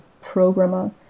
programmer